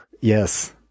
Yes